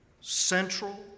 central